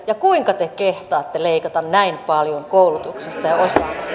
ja kuinka te kehtaatte leikata näin paljon koulutuksesta ja